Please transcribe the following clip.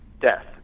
death